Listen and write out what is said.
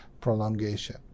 prolongation